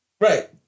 Right